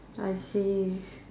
I see